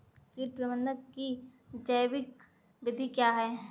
कीट प्रबंधक की जैविक विधि क्या है?